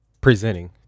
presenting